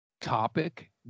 topic